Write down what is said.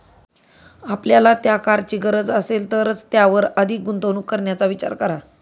आपल्याला त्या कारची गरज असेल तरच त्यावर अधिक गुंतवणूक करण्याचा विचार करा